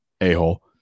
A-hole